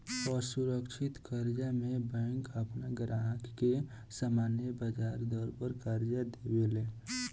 असुरक्षित कर्जा में बैंक आपन ग्राहक के सामान्य ब्याज दर पर कर्जा देवे ले